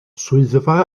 swyddfa